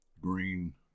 green